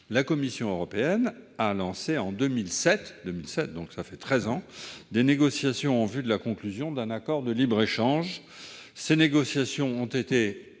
la Commission européenne a lancé en 2007- voilà treize ans -des négociations en vue de la conclusion d'un accord de libre-échange. Ces négociations ont